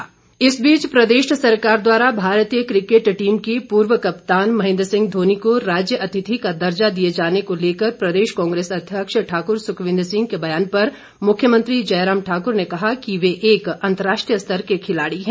वक्तव्य धोनी इस बीच प्रदेश सरकार द्वारा भारतीय क्रिकेट टीम के पूर्व कप्तान महेंद्र सिंह धोनी को राज्य अतिथि का दर्जा दिए जाने को लेकर प्रदेश कांग्रेस अध्यक्ष ठाकुर सुखविन्द्र सिंह के ब्यान पर मुख्यमंत्री जयराम ठाकुर ने कहा कि वे एक अंतर्राष्ट्रीय स्तर के खिलाड़ी है